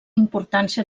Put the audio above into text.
importància